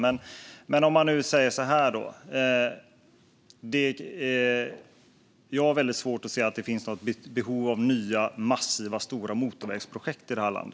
Men jag kan säga så här: Jag har väldigt svårt att se att det finns något behov av nya massiva motorvägsprojekt i detta land.